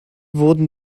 wurden